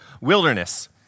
wilderness